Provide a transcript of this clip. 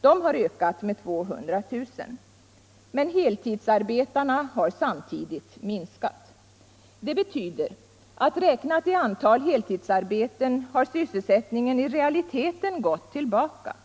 De har ökat med 200 000. Men heltidsarbetarnas antal har samtidigt minskat. Det betyder, att räknat i antal heltidsarbeten har sysselsättningen i realiteten gått tillbaka.